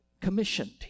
commissioned